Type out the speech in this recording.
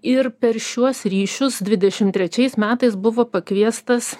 ir per šiuos ryšius dvidešim trečiais metais buvo pakviestas